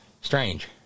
strange